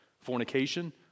Fornication